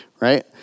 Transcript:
Right